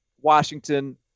Washington